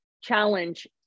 challenge